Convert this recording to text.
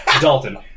Dalton